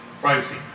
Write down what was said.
privacy